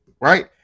Right